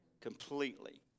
Completely